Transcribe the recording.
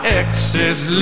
exes